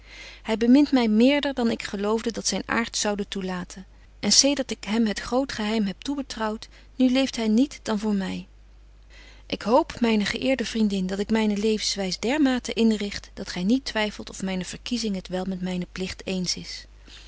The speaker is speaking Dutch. hy bemint my meerder dan ik geloofde dat zyn aart zoude toelaten en zedert ik hem het groot geheim heb toebetrouwt nu leeft hy niet dan voor my ik hoop myne geëerde vriendin dat ik myne levenswys dermate inrigt dat gy niet twyffelt of myne verkiezing het wel met mynen pligt eens is